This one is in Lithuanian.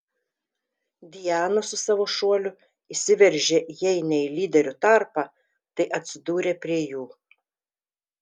diana su savo šuoliu įsiveržė jei ne į lyderių tarpą tai atsidūrė prie jų